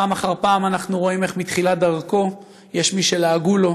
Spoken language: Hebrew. פעם אחר פעם אנחנו רואים איך מתחילת דרכו יש מי שלעגו לו,